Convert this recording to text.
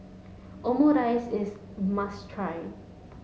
Omurice is must try